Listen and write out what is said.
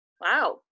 wow